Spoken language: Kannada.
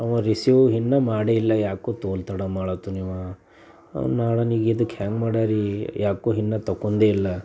ಅವ ರಿಸೀವ್ ಇನ್ನೂ ಮಾಡೇಯಿಲ್ಲ ಯಾಕೋ ತೋಲ್ ತಡ ಮಾಡುತ್ತಾನೆ ಇವ ನಾಳೆ ನಿ ಇದಕ್ಕೆ ಹೆಂಗ ಮಾಡರೀ ಯಾಕೋ ಇನ್ನೂ ತೊಗೊಂಡೆಯಿಲ್ಲ